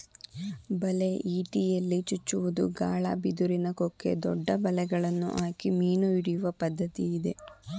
ಬಲೆ, ಇಟಿಯಲ್ಲಿ ಚುಚ್ಚುವುದು, ಗಾಳ, ಬಿದಿರಿನ ಕುಕ್ಕೆ, ದೊಡ್ಡ ಬಲೆಗಳನ್ನು ಹಾಕಿ ಮೀನು ಹಿಡಿಯುವ ಪದ್ಧತಿ ಇದೆ